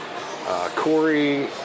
Corey